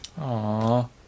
Aww